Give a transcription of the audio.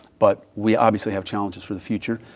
but we obviously have challenges for the future,